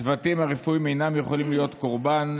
הצוותים הרפואיים אינם יכולים להיות קורבן.